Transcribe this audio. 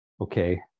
okay